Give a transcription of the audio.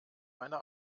meine